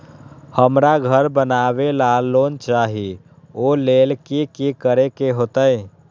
हमरा घर बनाबे ला लोन चाहि ओ लेल की की करे के होतई?